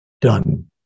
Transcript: done